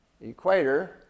equator